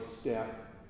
step